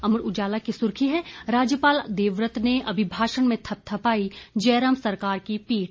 अमर उजाला की सुर्खी है राज्यपाल देवव्रत ने अभिभाषण में थपथपाई जयराम सरकार की पीठ